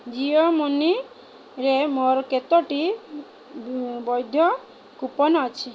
ଜିଓ ମନିରେ ମୋର କେତୋଟି ବୈଧ କୁପନ୍ ଅଛି